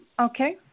Okay